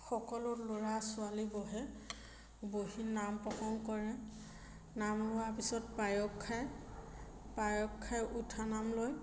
সকলো ল'ৰা ছোৱালী বহে বহি নাম প্ৰসংগ কৰে নাম লোৱাৰ পিছত পায়স খায় পায়স খাই উঠা নাম লয়